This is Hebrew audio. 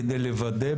כדי לוודא,